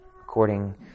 according